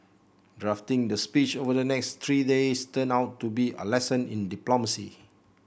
drafting the speech over the next three days turned out to be a lesson in diplomacy